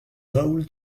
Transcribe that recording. raoul